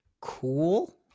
cool